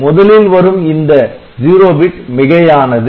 முதலில் வரும் இந்த '0' பிட் மிகையானது